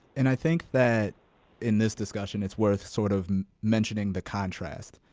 and i think that in this discussion, it's worth sort of mentioning the contrast.